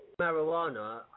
marijuana